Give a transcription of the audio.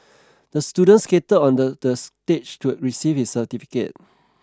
the student skated onto the the stage to receive his certificate